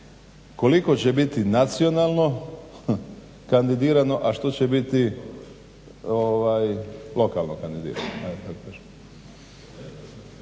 koliko će biti nacionalno kandidirano, a što će biti lokalno kandidirano